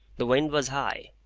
the wind was high.